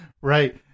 Right